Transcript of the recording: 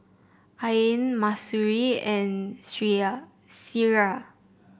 Ain Mahsuri and Syirah